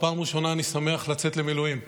פעם ראשונה אני שמח לצאת למילואים,